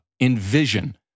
envision